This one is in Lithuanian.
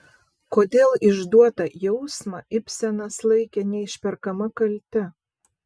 kodėl išduotą jausmą ibsenas laikė neišperkama kalte